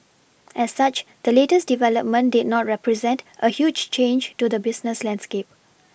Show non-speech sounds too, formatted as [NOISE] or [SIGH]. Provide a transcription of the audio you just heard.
as such the latest development did not represent a huge change to the business landscape [NOISE]